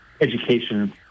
education